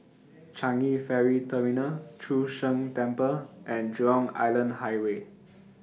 Changi Ferry Terminal Chu Sheng Temple and Jurong Island Highway